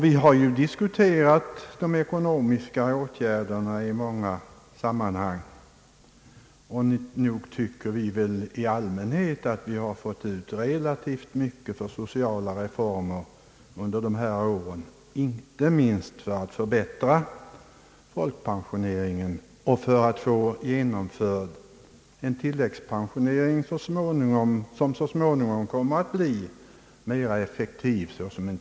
Vi har diskuterat de ekonomiska frågorna i många sam manhang, och nog tycker vi väl i allmänhet att vi har fått ut relativt mycket av sociala reformer under dessa år. Inte minst har vi kunnat glädjas åt den förbättrade folkpensioneringen och en tilläggspensionering som så småningom kommer att bli alltmera effektiv.